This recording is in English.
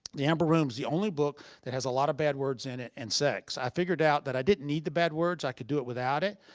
the amber room is the only book that has a lot of bad words in it and sex. i figured out that i didn't need the bad words. i could do it without it.